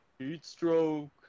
heatstroke